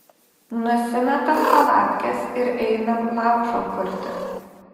nusimetam palapkes ir einam laužo kurti